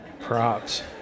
Props